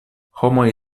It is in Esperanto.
homoj